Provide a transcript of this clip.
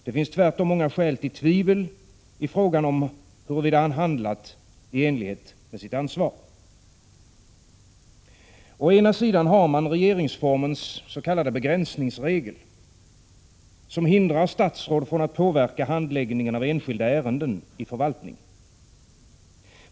Det finns tvärtom många skäl till tvivel i frågan om huruvida han handlat i enlighet med sitt ansvar. Å ena sidan har man regeringsformens s.k. begränsningsregel, som hindrar statsråd från att påverka handläggningen av enskilda ärenden i förvaltningen.